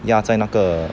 ya 在那个